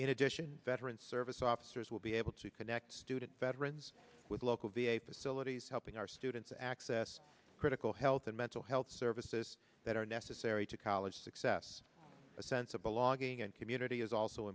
in addition veteran service officers will be able to connect student veterans with local v a facilities helping our students access critical health and mental health services that are necessary to college success a sense of belonging and community is also